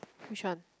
which one